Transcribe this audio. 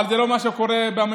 אבל זה לא מה שקורה בממשלה.